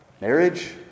marriage